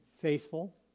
faithful